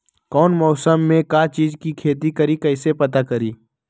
कौन मौसम में का चीज़ के खेती करी कईसे पता करी?